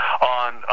on